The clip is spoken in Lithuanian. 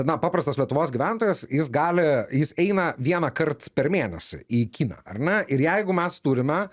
na paprastas lietuvos gyventojas jis gali jis eina vienąkart per mėnesį į kiną ar ne ir jeigu mes turime